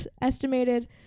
estimated